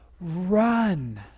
run